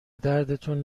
دردتون